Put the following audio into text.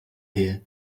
here